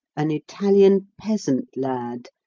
an italian peasant lad,